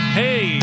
hey